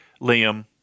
Liam